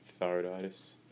thyroiditis